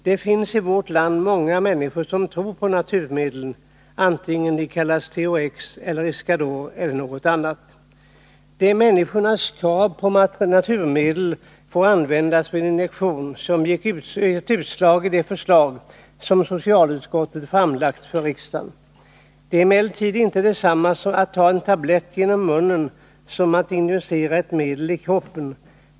Det finns i vårt land många människor som tror på naturmedlen, antingen de kallas THX, Iscador eller något annat. Det är människornas krav på att naturmedel skall få användas även vid injektion som gett utslag i det förslag som socialutskottet framlagt för riksdagen. Det är emellertid inte detsamma att ta en tablett genom munnen som att injicera ett medel i kroppen.